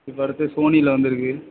இப்போ அடுத்து சோனியில் வந்துருக்குது